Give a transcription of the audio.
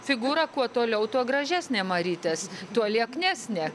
figūra kuo toliau tuo gražesnė marytės tuo lieknesnė